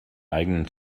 eigenen